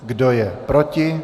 Kdo je proti?